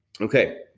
Okay